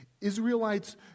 Israelites